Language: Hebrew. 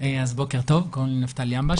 בוקר טוב, קוראים לי נפתלי אמבש.